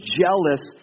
jealous